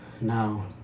Now